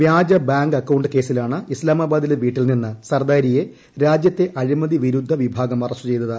വ്യാജ bank account കേസിലാണ് ഇസ്താമബാദിലെ വീട്ടിൽ നിന്ന് സർദാരിയെ രാജ്യുത്തെ അഴിമതി വിരുദ്ധ വിഭാഗം അറസ്റ്റു ചെയ്തത്